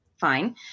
fine